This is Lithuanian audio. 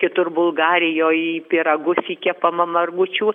kitur bulgarijoj į pyragus įkepama margučių